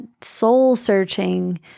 soul-searching